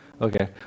Okay